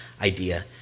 idea